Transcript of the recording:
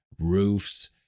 roofs